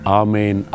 amen